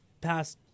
passed